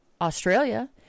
Australia